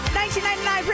1999